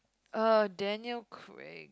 uh Daniel-Craig